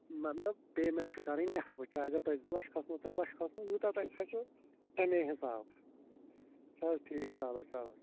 مطلب پیمٮ۪نٛٹ چھِ کَرٕنۍ یَتھ وٕچھو اگر تۄہہِ زٕ لَچھ کھَسٕنو ترٛےٚ لَچھ کھَسٕنو یوٗتاہ تۄہہِ کھَسِوُ تَمے حِساب چھےٚ حظ ٹھیٖک چلو چلو چھِ